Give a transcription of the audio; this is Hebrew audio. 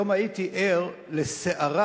היום הייתי ער לסערה